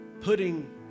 putting